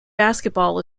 basketball